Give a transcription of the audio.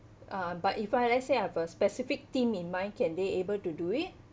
uh but if I let's say I have a specific theme in mind can they able to do it